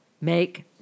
make